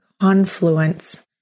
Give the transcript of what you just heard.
confluence